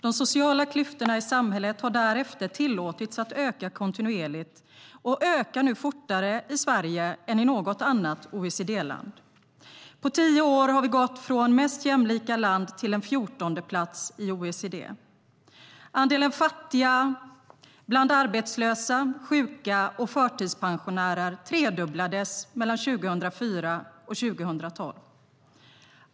De sociala klyftorna i samhället har därefter tillåtits öka kontinuerligt och ökar nu fortare i Sverige än i något annat OECD-land . På tio år har vi gått från mest jämlika land till en 14:e plats i OECD.Andelen fattiga bland arbetslösa, sjuka och förtidspensionärer tredubblades mellan 2004 och 2012.